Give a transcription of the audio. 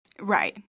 Right